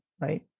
right